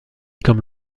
comme